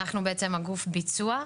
אנחנו בעצם הגוף ביצוע,